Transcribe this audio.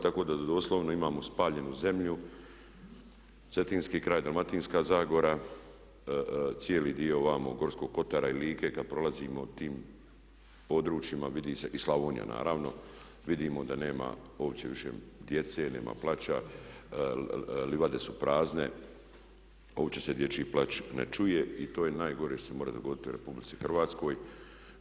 Tako da doslovno imamo spaljenu zemlju cetinski kraj, Dalmatinska zagora, cijeli dio vamo Gorskog kotara i Like kad prolazimo tim područjima vidi se i Slavonija naravno, vidimo da nema uopće više djece, nema plača, livade su prazne, uopće se dječji plač ne čuje i to je najgore što se more dogoditi u Republici Hrvatskoj.